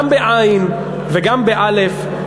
גם בעי"ן וגם באל"ף,